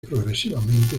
progresivamente